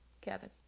Kevin